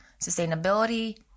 sustainability